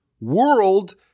world